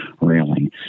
railing